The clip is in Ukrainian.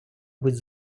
будь